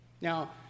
Now